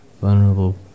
Vulnerable